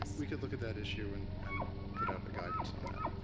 we could look at that issue and and put out guidance on that.